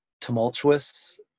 tumultuous